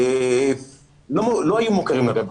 לא היו מוכרים לרווחה.